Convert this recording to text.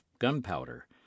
gunpowder